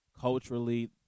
culturally